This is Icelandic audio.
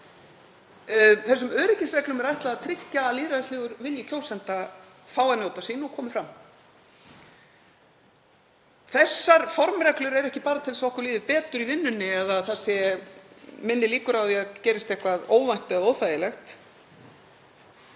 Þessum öryggisreglum er ætlað að tryggja að lýðræðislegur vilji kjósenda fái að njóta sín og komi fram. Þessar formreglur eru ekki bara til að okkur líði betur í vinnunni eða að minni líkur séu á að eitthvað óvænt eða óþægilegt